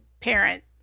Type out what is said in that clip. parent